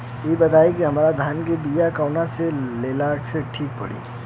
इ बताईं की हमरा धान के बिया कहवा से लेला मे ठीक पड़ी?